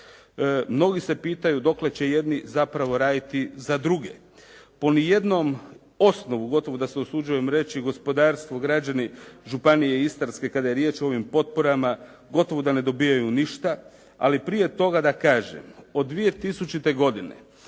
Mnogi se pitaju dokle će jedni zapravo raditi za druge. Po niti jednom osnovu, gotovo da se usuđujem reći, gospodarstvu građani županije Istarske kada je riječ o ovim potporama gotovo da ne dobivaju ništa, ali prije toga da kažem, od 2000. godine